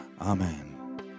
Amen